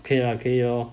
okay lah 可以 lor